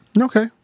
okay